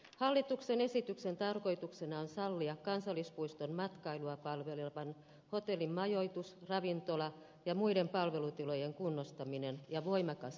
hallituksen esityksen tarkoituksena on sallia kansallispuiston matkailua palvelevan hotellin majoitus ravintola ja muiden palvelutilojen kunnostaminen ja voimakas lisärakentaminen